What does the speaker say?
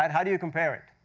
um how do you compare it?